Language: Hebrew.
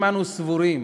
אם אנו סבורים